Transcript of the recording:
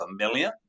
familiar